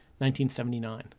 1979